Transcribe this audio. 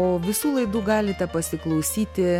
o visų laidų galite pasiklausyti